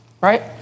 right